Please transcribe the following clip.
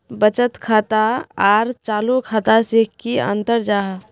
बचत खाता आर चालू खाता से की अंतर जाहा?